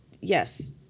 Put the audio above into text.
yes